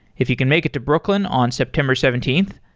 if you can make it to brooklyn on september seventeenth,